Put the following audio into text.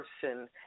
person